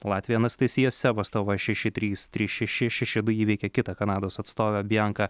latvė anastasija sevestova šeši trys trys šeši šeši du įveikė kitą kanados atstovę bjanką